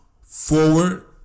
forward